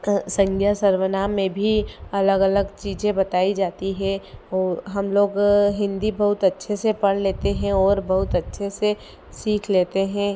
संज्ञा सर्वनाम मे भी अलग अलग चीज़ें बताई जाती है अउ हम लोग हिंदी बहुत अच्छे से पढ़ लेते हैं बहुत अच्छे से सीख लेते हैं